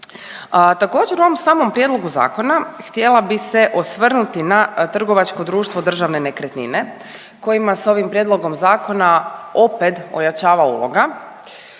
Također u ovom samom prijedlogu zakona htjela bi se osvrnuti na trgovačko društvo Državne nekretnine kojima se ovim prijedlogom zakona opet ojačava uloga.